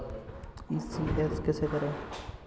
ECS कैसे करें?